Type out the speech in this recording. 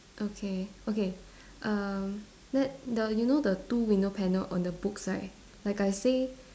okay okay uh that the you know the two window panel on the book side like I say